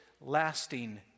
lasting